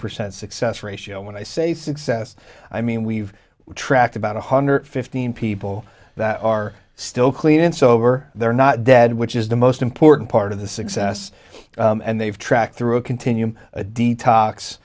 percent success ratio when i say success i mean we've tracked about one hundred fifteen people that are still clean and sober they're not dead which is the most important part of the success and they've tracked through a continuum a detox